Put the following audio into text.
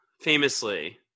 famously